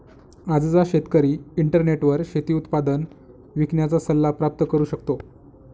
आजचा शेतकरी इंटरनेटवर शेती उत्पादन विकण्याचा सल्ला प्राप्त करू शकतो